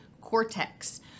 cortex